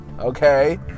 Okay